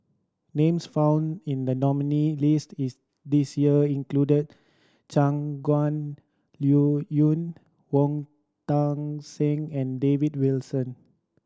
names found in the nominees' list this year include Shangguan Liuyun Wong Tuang Seng and David Wilson